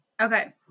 Okay